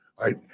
right